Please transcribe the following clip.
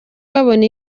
babona